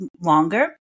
longer